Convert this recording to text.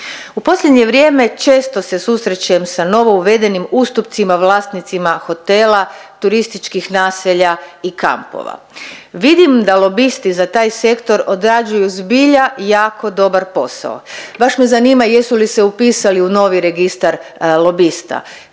U posljednje vrijeme često se susrećem sa novouvedenim ustupcima vlasnicima hotela, turističkih naselja i kampova. Vidim da lobisti za taj sektor odrađuju zbilja jako dobar posao. Baš me zanima jesu li se upisali u novi Registar lobista